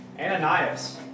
Ananias